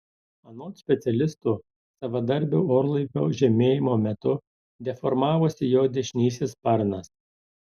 anot specialistų savadarbio orlaivio žemėjimo metu deformavosi jo dešinysis sparnas